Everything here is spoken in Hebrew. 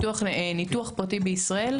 ניתוח פרטי בישראל?